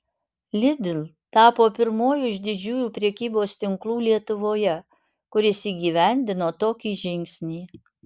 lidl tapo pirmuoju iš didžiųjų prekybos tinklų lietuvoje kuris įgyvendino tokį žingsnį